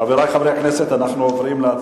חברי חברי הכנסת, בעד, 11, נגד, אין, נמנעים, אין.